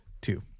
two